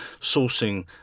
sourcing